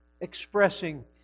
expressing